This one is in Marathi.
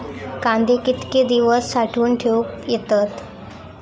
कांदे कितके दिवस साठऊन ठेवक येतत?